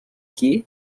gay